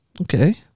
Okay